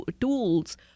tools